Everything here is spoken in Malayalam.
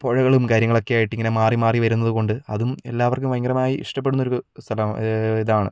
പുഴകളും കാര്യങ്ങളൊക്കെയായിട്ട് ഇങ്ങനെ മാറിമാറി വരുന്നതുകൊണ്ട് അതും എല്ലാവർക്കും ഭയങ്കരമായി ഇഷ്ടപ്പെടുന്നൊരു സ്ഥലം ഇതാണ്